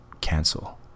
cancel